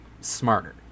smarter